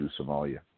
Somalia